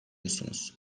musunuz